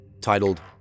titled